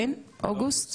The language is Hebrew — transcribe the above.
כן אוגוסט?